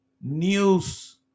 news